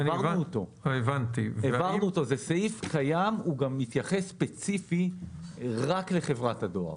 זה סעיף קיים והוא גם מתייחס ספציפית רק לחברת הדואר.